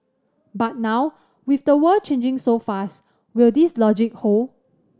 but now with the world changing so fast will this logic hold